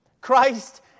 Christ